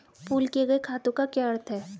Pool किए गए खातों का क्या अर्थ है?